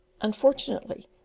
Unfortunately